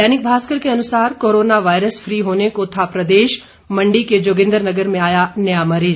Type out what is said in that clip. दैनिक भास्कर के अनुसार corona virus फी होने को था प्रदेश मंडी के जोगिंद्रनगर में आया नया मरीज